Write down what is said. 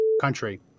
country